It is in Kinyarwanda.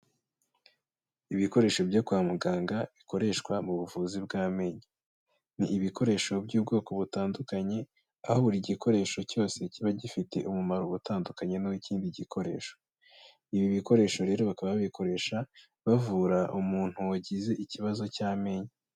Ibikoresho byo kwa muganga bikoreshwa mu buvuzi bw'amenyo, ni ibikoresho by'ubwoko butandukanye, aho buri gikoresho cyose kiba gifite umumaro utandukanye n'uwikindi gikoresho, ibi bikoresho rero bakaba babikoresha bavura umuntu wagize ikibazo cy'amenyo.